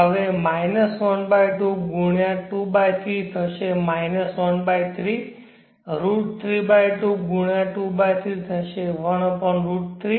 હવે 12 ગુણ્યાં 23 થશે 13 √3 2 ગુણ્યાં 23 થશે 1 √3